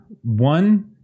one